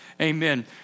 amen